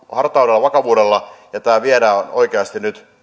hartaudella vakavuudella ja tämä viedään oikeasti nyt